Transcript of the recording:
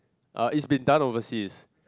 uh it's been done overseas